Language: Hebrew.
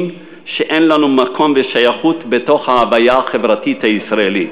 שאין לנו מקום ושייכות בתוך ההוויה החברתית הישראלית.